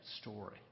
story